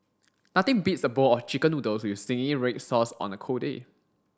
nothing beats a bowl of chicken noodles with zingy red sauce on a cold day